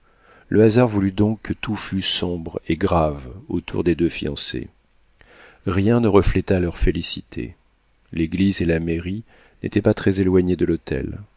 le hasard voulut donc que tout fût sombre et grave autour des deux fiancés rien ne refléta leur félicité l'église et la mairie n'étaient pas très éloignées de l'hôtel